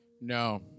No